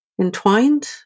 entwined